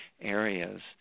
areas